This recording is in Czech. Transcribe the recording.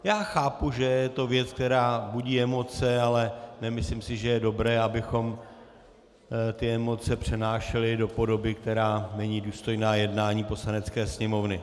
Já chápu, že je to věc, která budí emoce, ale nemyslím si, že je dobré, abychom ty emoce přenášeli do podoby, která není důstojná jednání Poslanecké sněmovny.